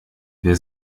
wer